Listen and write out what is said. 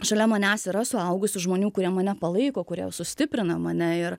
šalia manęs yra suaugusių žmonių kurie mane palaiko kurie sustiprina mane ir